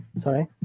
Sorry